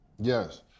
Yes